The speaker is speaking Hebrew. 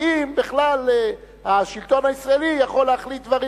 האם בכלל השלטון הישראלי יכול להחליט דברים.